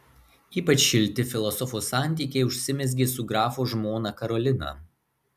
ypač šilti filosofo santykiai užsimezgė su grafo žmona karolina